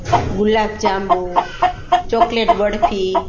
ગુલાબ jamun chocolate barfi